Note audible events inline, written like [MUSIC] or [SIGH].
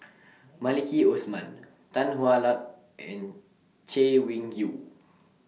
[NOISE] Maliki Osman [NOISE] Tan Hwa Luck and Chay Weng Yew